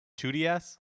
2DS